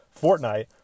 Fortnite